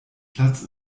platz